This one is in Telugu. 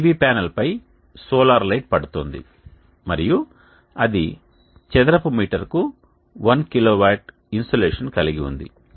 PV ప్యానెల్పై సోలార్ లైట్ పడుతోంది మరియు అది చదరపు మీటర్ కు 1 కిలోవాట్ ఇన్సోలేషన్ కలిగి ఉంది